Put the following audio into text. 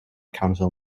council